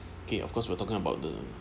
okay of course we're talking about the